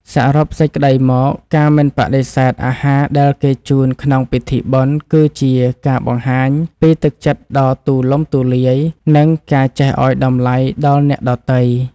សរុបសេចក្តីមក ការមិនបដិសេធអាហារដែលគេជូនក្នុងពិធីបុណ្យ គឺជាការបង្ហាញពីទឹកចិត្តដ៏ទូលំទូលាយ និងការចេះឱ្យតម្លៃដល់អ្នកដទៃ។